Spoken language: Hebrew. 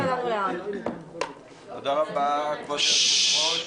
תודה רבה, כבוד היושב-ראש.